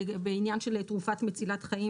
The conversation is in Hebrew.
בעניין של תרופה מצילת חיים.